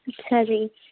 ਅੱਛਾ ਜੀ